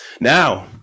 Now